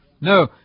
No